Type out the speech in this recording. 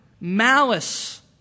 Malice